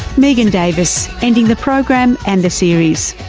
megan davis, ending the program and the series.